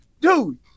dude